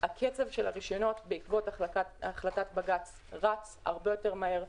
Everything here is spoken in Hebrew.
הקצב של הרישיונות בעקבות החלטת בג"ץ רץ הרבה יותר מהר.